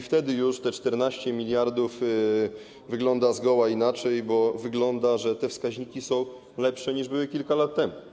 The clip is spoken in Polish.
Wtedy już te 14 mld wygląda zgoła inaczej, bo wychodzi na to, że te wskaźniki są lepsze, niż były kilka lat temu.